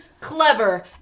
clever